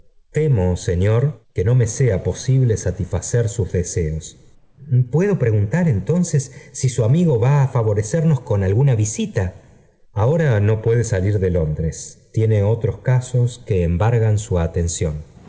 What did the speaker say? temo señor que no me sea posible satisfacer sus deseos puedo preguntar entonces si su amigé ya á favorecemos con alguna visita ahora no puede salir de londres tiene otros casos que embargan su